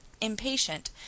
impatient